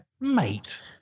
Mate